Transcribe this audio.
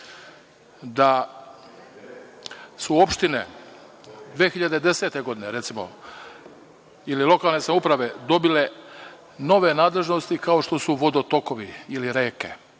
da su opštine 2010. godine, recimo, ili lokalne samouprave, dobile nove nadležnosti kao što su vodotokovi ili reke,